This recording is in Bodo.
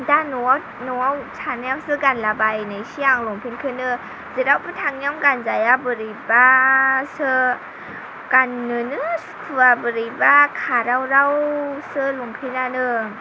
दा न'आव न'आव थानायावसो गानलाबायनोसै आं लंपेनखौनो जेरावबो थांनायावनो गानजाया बोरैबासो गाननोनो सुखुवा बोरैबा खाराव रावसो लंपेनानो